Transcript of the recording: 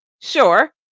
Sure